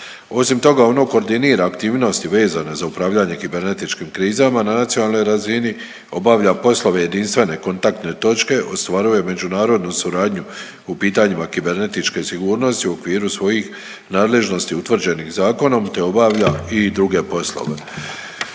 Osim toga, ono koordinira aktivnosti vezane za upravljanje kibernetičkim krizama na nacionalnoj razini, obavlja poslove jedinstvene kontaktne točke, ostvaruje međunarodnu suradnju u pitanjima kibernetičke sigurnosti u okviru svojih nadležnosti utvrđenih zakonom te obavlja i druge poslove.